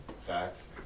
Facts